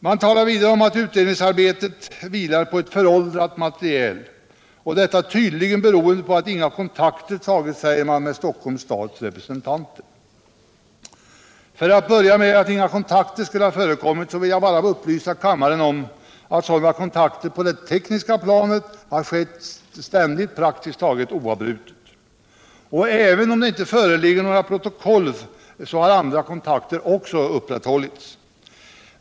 Man talar vidare om att utredningsarbetet vilar på ett föråldrat material, och att detta tydligen beror på att inga kontakter tagits med Stockholms stads representanter. För att börja med påståendet att inga kontakter skulle ha förekommit vill jag bara upplysa kammaren om att sådana kontakter på det tekniska planet har skett praktiskt taget oavbrutet. Även om inga protokoll föreligger, har andra kontakter upprätthållits.